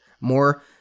More